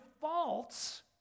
faults